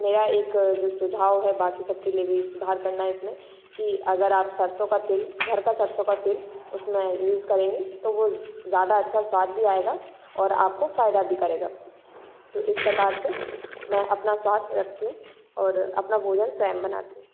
मेरा एक अ जो सुझाव है बाकी सब के लिए भी सुधार करना है इसमें कि अगर आप सरसों का तेल घर का सरसों का तेल उसमें यूज़ करेंगे तो वो ज़्यादा अच्छा स्वाद भी आएगा और आपको फायदा भी करेगा तो इस प्रकार से मैं अपना स्वाद रखती हूँ और अपना भोजन स्वयं बनाती हूँ